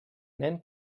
nen